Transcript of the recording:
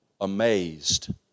amazed